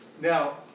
Now